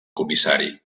comissari